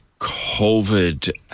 COVID